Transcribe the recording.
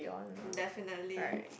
mm definitely